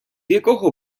якого